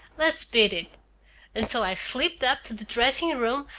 let's beat it and so i slipped up to the dressing-room,